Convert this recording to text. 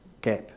gap